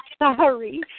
sorry